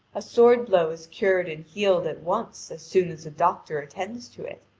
a sword-blow is cured and healed at once as soon as a doctor attends to it,